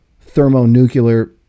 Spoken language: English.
thermonuclear